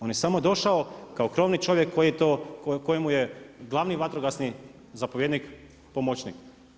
On je samo došao kao krovni čovjek kojemu je glavni vatrogasni zapovjednik pomoćnik.